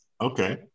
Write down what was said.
okay